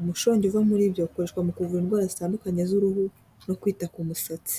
umushongi uva muri byo ukoreshwa mu kuvura indwara zitandukanye z'uruho, no kwita ku musatsi.